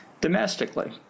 domestically